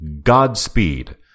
Godspeed